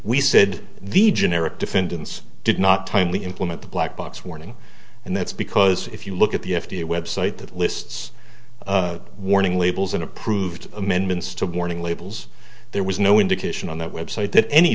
we said the generic defendants did not timely implement the black box warning and that's because if you look at the f d a website that lists warning labels and approved amendments to warning labels there was no indication on that website that any